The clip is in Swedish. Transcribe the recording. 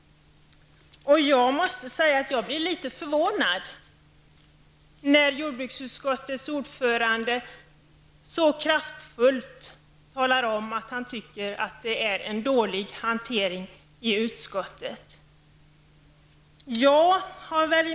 Jag blir litet förvånad när jordbruksutskottets ordförande så kraftfullt talar om att han anser att hanteringen i utskottet var dålig.